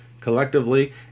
collectively